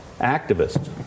activists